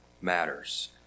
matters